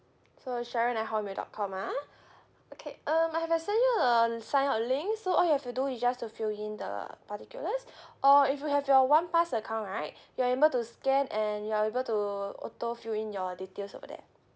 so sharon at hotmail dot com ah okay um I have send you a sign up link so all you have to do is just to fill in the particulars or if you have your one pass account right you are able to scan and you are able to autofill in your details over there